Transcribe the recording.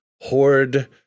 Horde